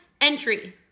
entry